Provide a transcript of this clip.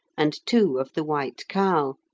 and two of the white cow,